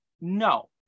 no